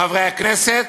חברי הכנסת,